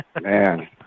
Man